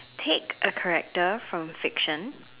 take a character from fiction